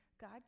God